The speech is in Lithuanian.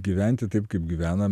gyventi taip kaip gyvenam